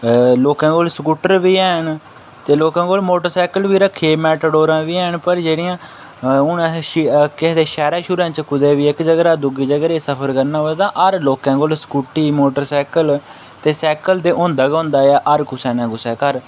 लोकें कोल स्कूटर बी हैन ते लोकें कोल मोटरसैकल बी रक्खे दे मैटांडोरां बी हैन पर जेह्ड़ियां हून असें केह् आक्खें शैह्रे शुह्रे च कुदै बी इक जगह् दा दुई जगह् दा सफर करना हर लोकें सफर मोटरसैकल ते सैकल ते होंदा गै होंदा ऐ हर कुसै न कुसै घर